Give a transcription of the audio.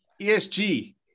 ESG